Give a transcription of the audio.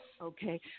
Okay